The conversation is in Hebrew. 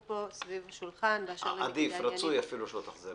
פה סביב השולחן --- רצוי אפילו שלא תחזרי.